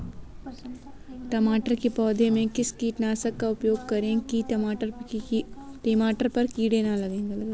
टमाटर के पौधे में किस कीटनाशक का उपयोग करें कि टमाटर पर कीड़े न लगें?